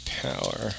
power